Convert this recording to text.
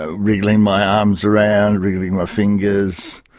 ah wriggling my arms around, wriggling my fingers,